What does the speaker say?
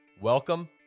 welcome